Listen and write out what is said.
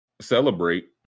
celebrate